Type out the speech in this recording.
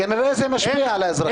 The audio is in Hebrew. כנראה זה משפיע על האזרחים.